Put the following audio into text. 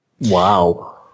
Wow